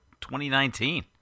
2019